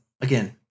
again